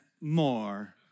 more